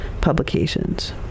publications